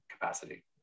capacity